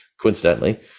Coincidentally